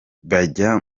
bajya